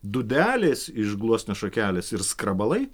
dūdelės iš gluosnio šakelės ir skrabalai